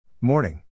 Morning